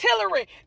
artillery